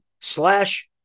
slash